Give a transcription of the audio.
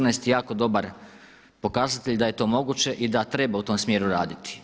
14 jako dobar pokazatelj da je to moguće i da treba u tom smjeru raditi.